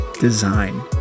design